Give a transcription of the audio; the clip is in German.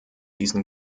diesem